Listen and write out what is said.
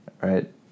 right